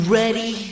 ready